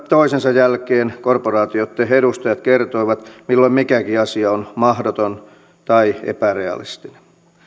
toisensa jälkeen korporaatioitten edustajat kertoivat milloin mikäkin asia on mahdoton tai epärealistinen